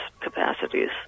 capacities